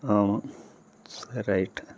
ஆமாம் சரி ரைட்டு